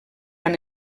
han